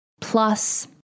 plus